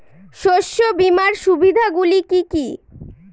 শস্য বিমার সুবিধাগুলি কি কি?